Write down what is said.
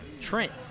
Trent